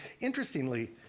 interestingly